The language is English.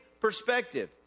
perspective